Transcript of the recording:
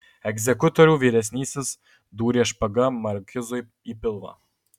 egzekutorių vyresnysis dūrė špaga markizui į pilvą